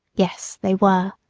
yes, they were.